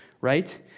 right